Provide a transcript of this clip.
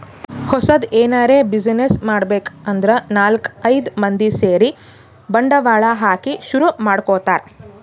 ಹೊಸದ್ ಎನರೆ ಬ್ಯುಸಿನೆಸ್ ಮಾಡ್ಬೇಕ್ ಅಂದ್ರ ನಾಲ್ಕ್ ಐದ್ ಮಂದಿ ಸೇರಿ ಬಂಡವಾಳ ಹಾಕಿ ಶುರು ಮಾಡ್ಕೊತಾರ್